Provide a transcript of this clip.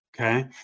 okay